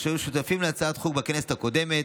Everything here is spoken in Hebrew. אשר היו שותפים להצעת החוק בכנסת הקודמת,